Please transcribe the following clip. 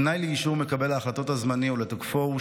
תנאי לאישור מקבל ההחלטות הזמני ולתוקפו הוא